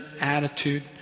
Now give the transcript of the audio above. attitude